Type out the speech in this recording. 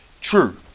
True